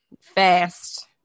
Fast